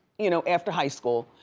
you know after high school,